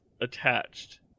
attached